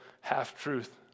half-truth